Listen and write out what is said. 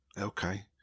Okay